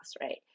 right